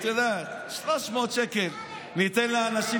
אתה גדלת בבית מזרחי,